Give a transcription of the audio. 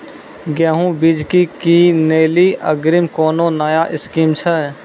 गेहूँ बीज की किनैली अग्रिम कोनो नया स्कीम छ?